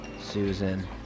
susan